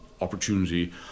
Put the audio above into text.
opportunity